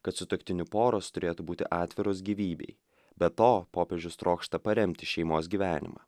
kad sutuoktinių poros turėtų būti atviros gyvybei be to popiežius trokšta paremti šeimos gyvenimą